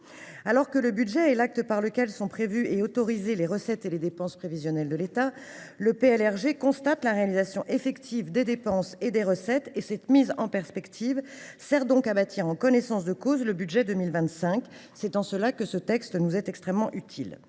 Alors que le budget est l’acte par lequel sont prévues et autorisées les recettes et les dépenses prévisionnelles de l’État, le PLRG constate la réalisation effective des dépenses et des recettes. Cette mise en perspective sert donc à bâtir en connaissance de cause le budget pour 2025. C’est en cela que ce texte nous est extrêmement utile.